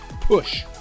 push